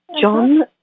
John